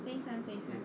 等一下等一下